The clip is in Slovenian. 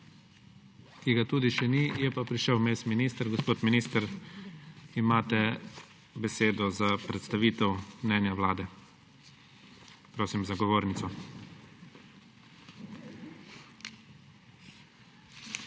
Ga tudi še ni, je pa vmes prišel minister. Gospod minister, imate besedo za predstavitev mnenja Vlade. Prosim, za govornico.